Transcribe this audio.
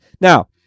Now